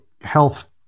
health